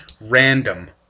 random